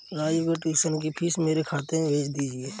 राजू के ट्यूशन की फीस मेरे खाते में भेज दीजिए